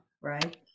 right